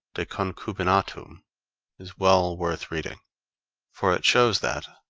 de concubinatu, um is well worth reading for it shows that,